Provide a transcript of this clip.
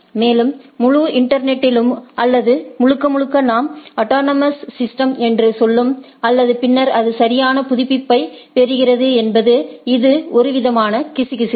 மேலும் முழு இன்டர்நெட்த்திலும் அல்லது முழுக்க முழுக்க நாம் ஆடோனோமோஸ் சிஸ்டம்ஸ் என்று சொல்வது அல்லது பின்னர் அது சரியான புதுப்பிப்பைப் பெறுகிறது என்பது இது ஒருவிதமான கிசுகிசுப்பு